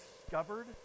discovered